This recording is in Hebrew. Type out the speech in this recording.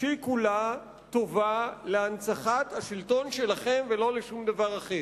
שהיא כולה טובה להנצחת השלטון שלכם ולא לשום דבר אחר.